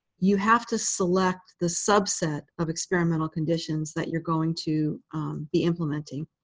you have to select the subset of experimental conditions that you're going to be implementing.